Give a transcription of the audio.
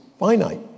Finite